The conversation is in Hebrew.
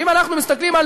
ואם אנחנו מסתכלים על